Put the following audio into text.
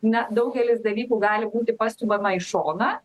na daugelis dalykų gali būti pastumiama į šoną